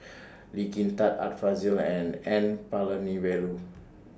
Lee Kin Tat Art Fazil and N Palanivelu